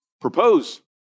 propose